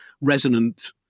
resonant